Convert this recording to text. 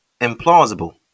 implausible